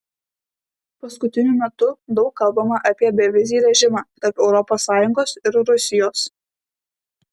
paskutiniu metu daug kalbama apie bevizį režimą tarp europos sąjungos ir rusijos